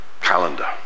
calendar